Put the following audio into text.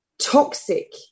toxic